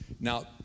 Now